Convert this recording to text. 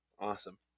Awesome